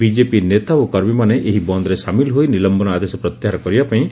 BJP ନେତା ଓ କର୍ମୀମାନେ ଏହି ବନ୍ଦରେ ସାମିଲ ହୋଇ ନିଲମ୍ସନ ଆଦେଶ ପ୍ରତ୍ୟାହାର କରିବା ପାଇଁ ଦାବି କରିଛନ୍ତି